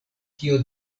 kio